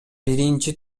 биринчи